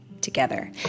together